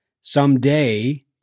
Someday